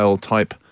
type